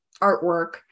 artwork